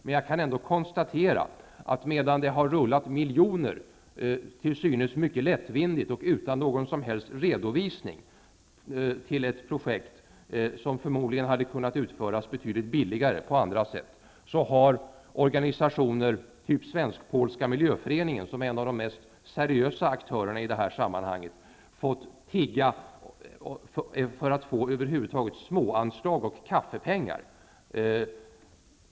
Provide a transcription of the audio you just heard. Men jag kan konstatera att medan miljoner, till synes mycket lättvindigt och utan någon som helst redovisning, har rullat till ett projekt som förmodligen hade kunnat utföras betydligt billigare på annat sätt har organisationer -- typ Svensk-polska miljöföreningen, som är en av de mest seriösa aktörerna i det här sammanhanget -- fått tigga för att över huvud taget få småanslag, kaffepengar.